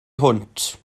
hwnt